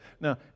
Now